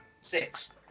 six